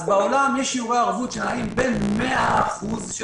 אז בעולם יש שיעורי ערבות שנעים בין 100% של